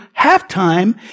halftime